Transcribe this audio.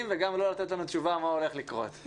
וגם לא לתת לנו תשובה לגבי מה שהולך לקרות.